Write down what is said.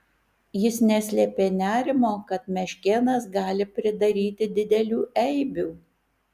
jis neslėpė nerimo kad meškėnas gali pridaryti didelių eibių